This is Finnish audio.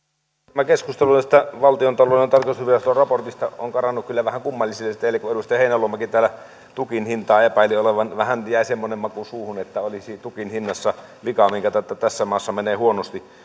tämä keskustelu tästä valtiontalouden tarkastusviraston raportista on karannut kyllä vähän kummallisille teille kun edustaja heinäluomakin täällä tukin hintaa epäili vähän jäi semmoinen maku suuhun että olisi tukin hinnassa vika minkä tautta tässä maassa menee huonosti